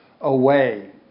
away